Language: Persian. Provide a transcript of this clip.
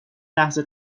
لحظه